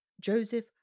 Joseph